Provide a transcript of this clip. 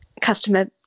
customer